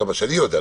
כמה שאני יודע,